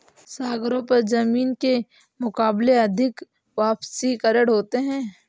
सागरों पर जमीन के मुकाबले अधिक वाष्पीकरण होता है